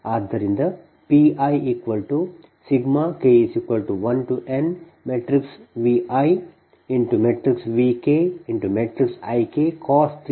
ಆದ್ದರಿಂದPik1nViVkYikik i k